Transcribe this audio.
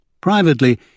Privately